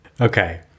Okay